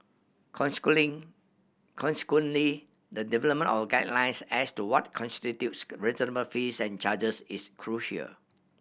consequently consequently the development of guidelines as to what constitutes reasonable fees and charges is crucial